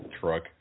truck